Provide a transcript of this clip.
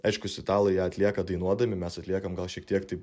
aiškius italai ją atlieka dainuodami mes atliekam gal šiek tiek taip